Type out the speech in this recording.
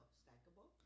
stackable